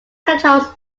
controls